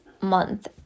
month